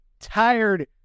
Tired